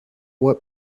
what